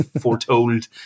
foretold